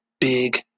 big